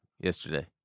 yesterday